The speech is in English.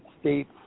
states